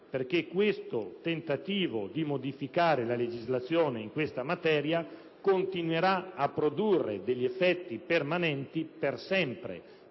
perché tale tentativo di modificare la legislazione in questa materia continuerà a produrre effetti permanenti, per sempre.